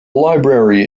library